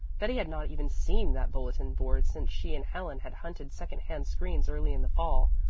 betty had not even seen that bulletin board since she and helen had hunted second-hand screens early in the fall,